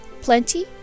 plenty